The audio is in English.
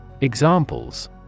Examples